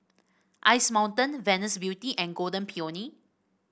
Ice Mountain Venus Beauty and Golden Peony